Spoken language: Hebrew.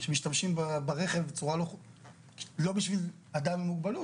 שמשתמשים ברכב לא בשביל אדם עם מוגבלות,